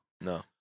No